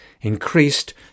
increased